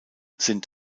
sind